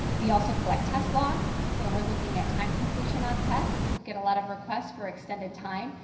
we also collect test logs where we're looking at time completion on test, we get a lot of requests for extended time.